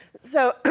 so,